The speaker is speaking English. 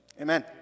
Amen